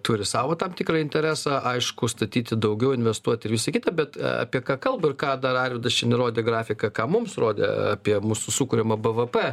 turi savo tam tikrą interesą aišku statyti daugiau investuot ir visa kita bet apie ką kalba ir ką dar arvydas čia nerodė grafiką ką mums rodė apie mūsų sukuriamą bvp